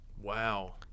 Wow